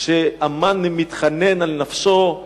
כשהמן מתחנן על נפשו,